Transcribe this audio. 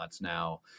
now